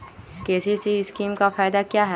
KCC scheme का फायदा क्या है?